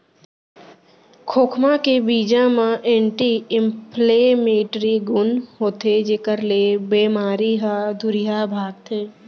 खोखमा के बीजा म एंटी इंफ्लेमेटरी गुन होथे जेकर ले बेमारी ह दुरिहा भागथे